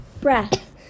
breath